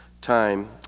time